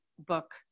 book